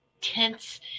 tense